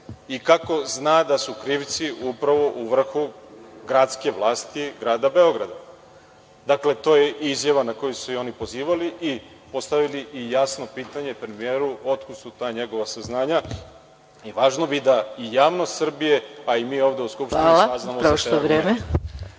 i kako zna da su krivci upravo u vrhu gradske vlasti Grada Beograda? Dakle, to je izjava na koju su se i oni pozivali i postavili i jasno pitanje premijeru otkud su ta njegova saznanja. I važno je da i javnost Srbije, pa i mi ovde u Skupštini saznamo…. **Maja Gojković** Hvala, prošlo je vreme.